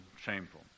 shameful